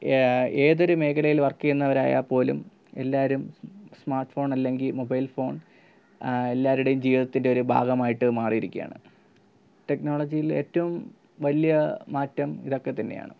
ഏതൊരു മേഖലയിൽ വർക്ക് ചെയ്യുന്നവരായാൽ പോലും എല്ലാവരും സ്മാർട്ട് ഫോൺ അല്ലെങ്കിൽ മൊബൈൽ ഫോൺ എല്ലാവരുടെയും ജീവിതത്തിൻ്റെ ഒരു ഭാഗമായിട്ട് മാറിയിരിക്കുകയാണ് ടെക്നോളജിയിൽ ഏറ്റും വലിയ മാറ്റം ഇതൊക്കെ തന്നെയാണ്